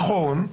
נכון,